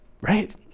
right